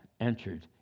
entered